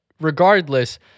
regardless